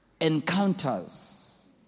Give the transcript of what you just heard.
encounters